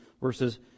versus